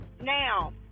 now